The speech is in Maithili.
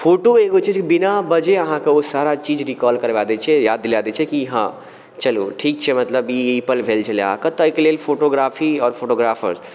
फोटो एगो छै जे बिना बजे अहाँकऽ ओ सारा चीज रिकॉल करबाए दै छै याद दिलाए दै छै कि हँ चलू ठीक छै मतलब ई पल भेल छलै अहाँकऽ ताहि कऽ लेल फोटोग्राफी आओर फोटोग्राफर